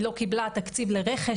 היא לא קיבלה תקציב לרכש,